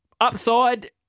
Upside